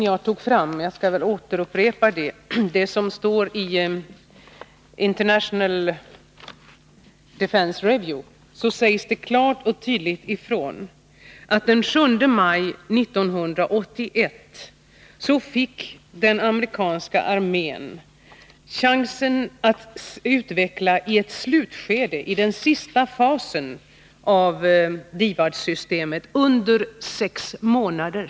Jag upprepar att i International Defence Review sägs klart och tydligt ifrån att den 7 maj 1981 fick den amerikanska armén till uppgift att i ett slutskede, i den sista fasen, utveckla DIVAD-systemet under en period på sex månader.